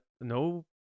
no